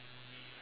ya